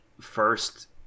first